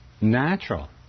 natural